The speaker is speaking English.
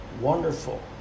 wonderful